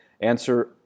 Answer